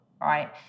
right